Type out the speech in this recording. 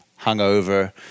hungover